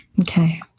Okay